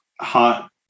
hot